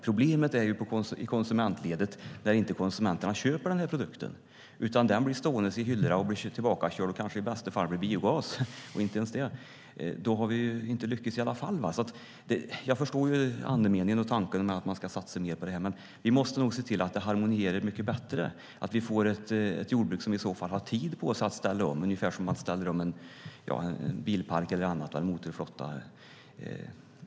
Problemet finns i konsumentledet, när konsumenterna inte köper produkten utan den blir stående i hyllorna och kanske blir tillbakakörd och i bästa fall blir biogas och inte ens det. Då har vi i alla fall inte lyckats. Jag förstår andemeningen och tanken med att man ska satsa mer på detta. Men vi måste nog se till att det harmonierar mycket bättre, att vi får ett jordbruk som i så fall har tid på sig att ställa om, ungefär som man ställer om en bilpark eller en motorflotta.